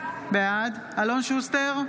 בעד אלון שוסטר,